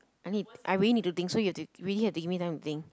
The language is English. I need I really need to think so you have to really have to give me time to think